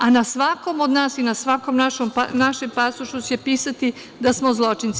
A na svakom od nas i na svakom našem pasošu će pisati da smo zločinci.